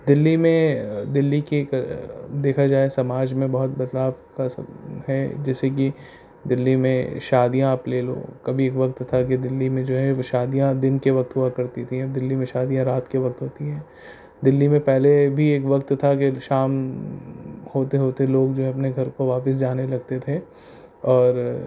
دہلی میں دہلی کی ایک دیکھا جائے سماج میں بہت بدلاؤ کا سب ہے جیسے کہ دہلی میں شادیاں آپ لے لو کبھی ایک وقت تھا کہ دہلی میں جو ہے وہ شادیاں دن کے وقت ہوا کرتی تھیں ہیں دہلی میں شادیاں رات کے وقت ہوتی ہیں دہلی میں پہلے بھی ایک وقت تھا کہ شام ہوتے ہوتے لوگ جو ہے اپنے گھر کو واپس جانے لگتے تھے اور